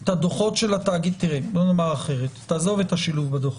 את הדוחות של עזוב את השילוב בדוחות.